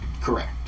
correct